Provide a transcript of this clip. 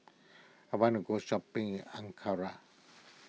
I want to go shopping in Ankara